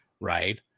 right